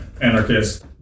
anarchist